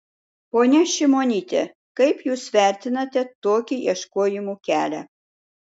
ponia šimonyte kaip jūs vertinate tokį ieškojimų kelią